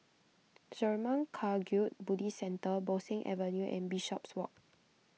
Zurmang Kagyud Buddhist Centre Bo Seng Avenue and Bishopswalk